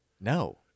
No